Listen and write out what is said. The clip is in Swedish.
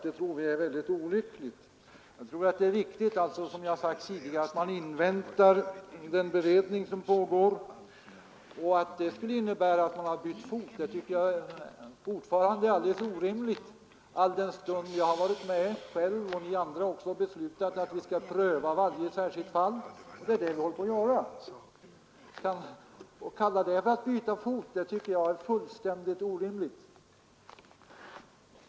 Det tror vi är väldigt olyckligt. Jag tror, som jag har sagt tidigare, att det är viktigt att invänta den beredning som pågår. Att det skulle innebära att man bytt fot tycker jag fortfarande är alldeles orimligt, alldenstund jag har varit med — och ni andra också — och beslutat att vi skall pröva varje särskilt fall. Det är det vi håller på att göra.